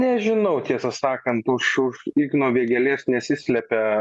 nežinau tiesą sakant už už igno vėgėlės nesislepia